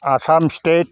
Assam state